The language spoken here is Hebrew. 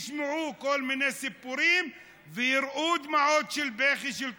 ישמעו כל מיני סיפורים ויראו דמעות בכי של תושבים.